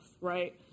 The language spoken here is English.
right